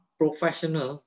professional